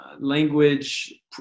language